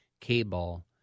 cable